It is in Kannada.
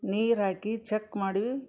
ನೀರು ಹಾಕಿ ಚಕ್ ಮಾಡಿ